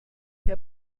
herr